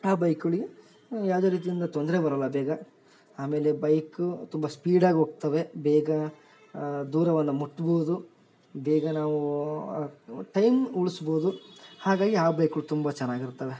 ಆ ಬೈಕ್ಗಳ್ಗೆ ಯಾವುದೇ ರೀತಿಯಿಂದ ತೊಂದರೆ ಬರೊಲ್ಲ ಬೇಗ ಆಮೇಲೆ ಬೈಕ್ ತುಂಬ ಸ್ಪೀಡಾಗಿ ಹೋಗ್ತವೆ ಬೇಗ ದೂರವನ್ನು ಮುಟ್ಬೋದು ಬೇಗ ನಾವೂ ಟೈಮ್ ಉಳಿಸ್ಬೋದು ಹಾಗಾಗಿ ಹಾ ಬೈಕ್ಗಳ್ ತುಂಬ ಚೆನ್ನಾಗಿರ್ತವೆ